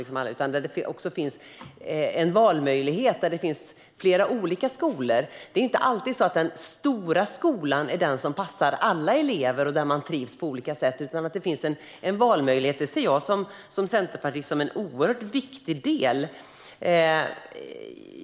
Det är bättre när det finns en valmöjlighet och flera olika skolor. Det är inte alltid så att den stora skolan är den som passar alla elever och får dem att trivas på olika sätt. Det är bättre att det finns en valmöjlighet; det ser jag som centerpartist som en oerhört viktig del.